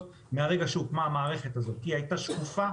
מהרגע שהוקמה המערכת הזאת כי היא הייתה שקופה,